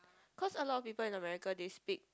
cause a lot of people in America they speak